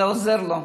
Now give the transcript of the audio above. זה עוזר לו.